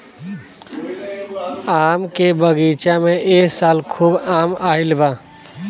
आम के बगीचा में ए साल खूब आम आईल बा